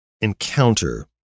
encounter